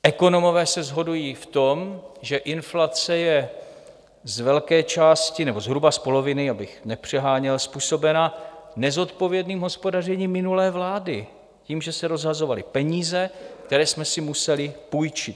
Ekonomové se shodují v tom, že inflace je z velké části, nebo zhruba z poloviny, abych nepřeháněl, způsobena nezodpovědným hospodařením minulé vlády, tím, že se rozhazovaly peníze, které jsme si museli půjčit.